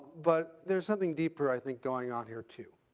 but there's something deeper i think going on here too.